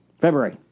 February